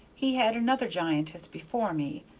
he had another giantess before me,